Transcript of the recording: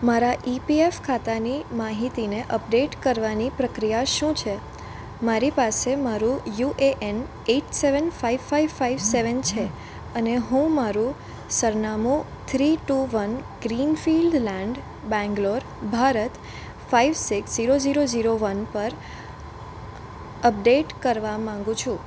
મારા ઇપીએફ ખાતાની માહિતીની અપડેટ કરવાની પ્રક્રિયા શું છે મારી પાસે મારું U A N eight seven five five five seven છે અને હું મારુ સરનામું three two one green field land Bangalore Bharat five six zero zero zero one પર અપડેટ કરવા માગું છું